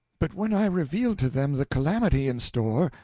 but when i revealed to them the calamity in store,